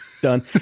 done